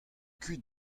kuit